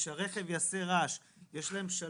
איך אתם רואים את מפגע הרעש במשטרת ישראל,